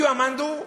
מי הוא המאן דהוא?